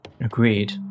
Agreed